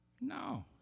No